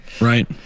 right